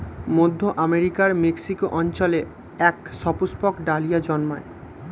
মধ্য আমেরিকার মেক্সিকো অঞ্চলে এক সুপুষ্পক ডালিয়া জন্মায়